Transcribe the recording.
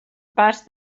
pas